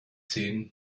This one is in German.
zehn